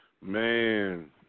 Man